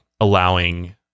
allowing